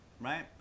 Right